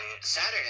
Saturday